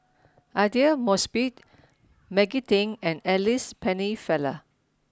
Aidli Mosbit Maggie Teng and Alice Pennefather